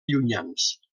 llunyans